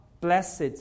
blessed